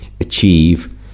Achieve